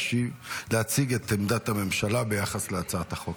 להציג את עמדת הממשלה ביחס להצעת החוק.